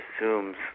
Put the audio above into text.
assumes